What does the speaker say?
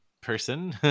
person